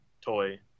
toy